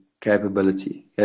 capability